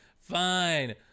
Fine